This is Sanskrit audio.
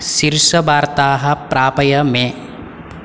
शीर्षवार्ताः प्रापय मे